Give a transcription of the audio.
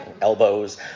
elbows